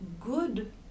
good